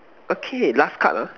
okay last card ah